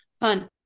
Fun